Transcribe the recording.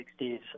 60s